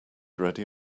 ready